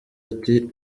ati